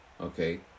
Okay